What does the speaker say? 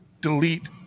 delete